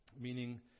meaning